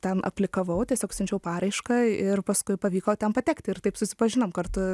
tam aplikavau tiesiog siunčiau paraišką ir paskui pavyko ten patekti ir taip susipažinom kartu